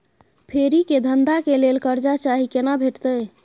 फेरी के धंधा के लेल कर्जा चाही केना भेटतै?